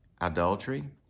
adultery